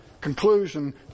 conclusion